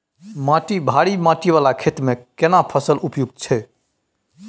माटी भारी माटी वाला खेत में केना फसल उपयुक्त छैय?